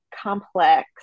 complex